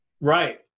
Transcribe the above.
Right